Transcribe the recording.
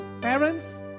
parents